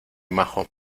majo